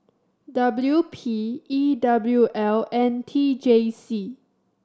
W P E W L and T J C